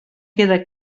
queda